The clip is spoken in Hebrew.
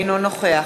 אינו נוכח